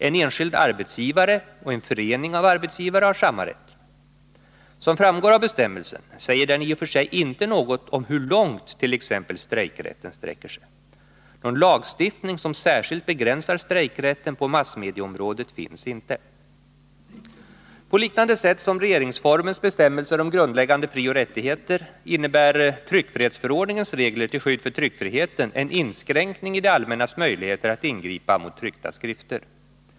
En enskild arbetsgivare och en förening av arbetsgivare har samma rätt. Som framgår av bestämmelsen säger den i och för sig inte något om hur långt t.ex. strejkrätten sträcker sig. Någon lagstiftning som särskilt begränsar strejkrätten på massmedieområdet finns inte. På liknande sätt som regeringsformens bestämmelser om grundläggande frioch rättigheter innebär tryckfrihetsförordningens regler till skydd för tryckfriheten en inskränkning i det allmännas möjligheter att ingripa mot tryckta skrifter.